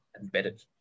embedded